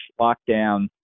lockdown